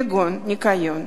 כגון ניקיון.